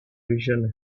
vision